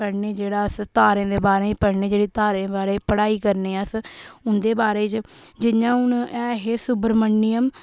पढ़ने जेह्ड़ा अस तारें दे बारे च पढ़ने जेह्ड़ी तारें दे बारे च पढ़ाई करने अस उ'न्दे बारे च जि'यां हून ऐ हे सुब्रमनियम